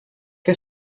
què